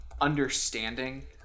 understanding